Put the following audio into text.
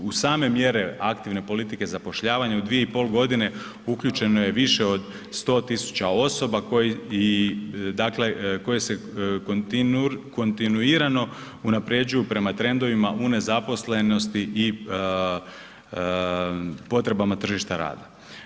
U same mjere aktivne politike zapošljavanja u 2,5.g. uključeno je više od 100 000 osoba koje, dakle koje se kontinuirano unapređuju prema trendovima u nezaposlenosti i potrebama tržišta rada.